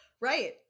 Right